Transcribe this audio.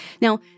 Now